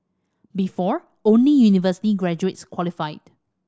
before only university graduates qualified